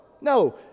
No